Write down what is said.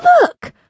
Look